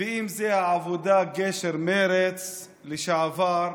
ואם זה העבודה-גשר-מרצ לשעבר,